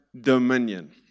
dominion